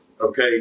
okay